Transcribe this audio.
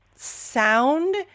Sound